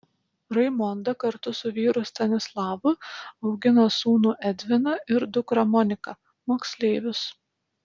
raimonda kartu su vyru stanislavu augina sūnų edviną ir dukrą moniką moksleivius